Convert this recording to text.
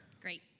Great